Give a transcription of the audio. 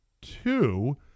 two